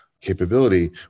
capability